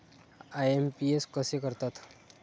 IMPS कसे करतात?